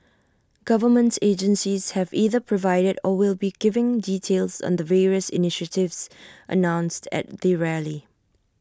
government agencies have either provided or will be giving details on the various initiatives announced at the rally